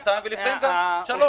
שנתיים ולפעמים גם שלוש.